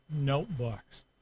notebooks